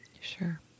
Sure